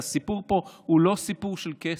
כי הסיפור פה הוא לא סיפור של כסף,